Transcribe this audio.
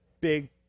big